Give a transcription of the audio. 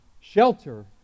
shelter